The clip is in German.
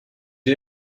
ihr